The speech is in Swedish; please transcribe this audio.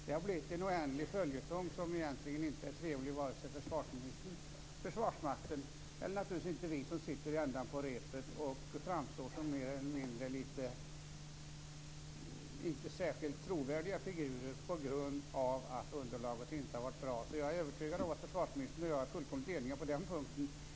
Det har blivit en oändlig följetong som egentligen inte har varit trevlig för vare sig försvarsministern, Försvarsmakten eller naturligtvis för oss som sitter i änden av repet. Vi framstår inte som särskilt trovärdiga figurer på grund av att underlaget inte har varit bra. Jag är övertygad om att försvarsministern och jag är fullkomligt eniga på den punkten.